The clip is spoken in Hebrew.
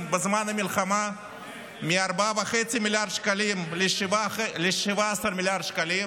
בזמן המלחמה מ-4.5 מיליארד שקלים ל-17 מיליארד שקלים,